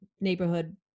neighborhood